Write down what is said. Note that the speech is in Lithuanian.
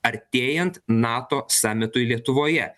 artėjant nato samitui lietuvoje